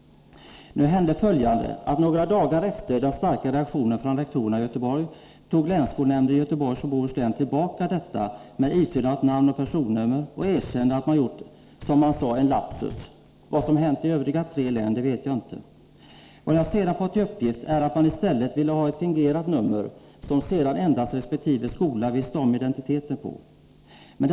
Nu hände följande. Några dagar efter den starka reaktionen från rektorerna i Göteborg tog länsskolnämnden i Göteborgs och Bohus län tillbaka kravet på ifyllande av namn och personnummer och erkände att man, som det sades, gjort en lapsus. Vad som hänt i de övriga tre länen vet jag inte. Enligt uppgift som jag senare fått ville man i stället ha ett fingerat nummer på resp. elev, vars identitet endast skolan i fråga skulle känna till.